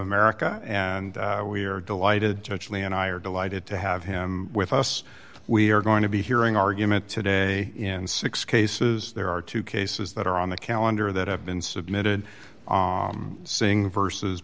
america and we are delighted to actually and i are delighted to have him with us we are going to be hearing argument today in six cases there are two cases that are on the calendar that have been submitted saying versus